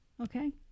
Okay